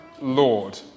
Lord